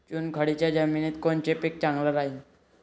चुनखडीच्या जमिनीत कोनचं पीक चांगलं राहीन?